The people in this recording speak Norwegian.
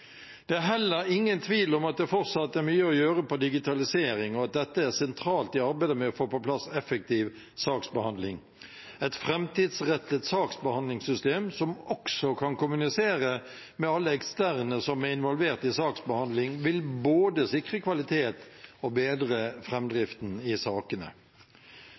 Det er heller ingen tvil om at det fortsatt er mye å gjøre på digitalisering, og at dette er sentralt i arbeidet med å få på plass effektiv saksbehandling. Et framtidsrettet saksbehandlingssystem som også kan kommunisere med alle eksterne som er involvert i saksbehandling, vil både sikre kvalitet og bedre framdriften i sakene.